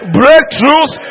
breakthroughs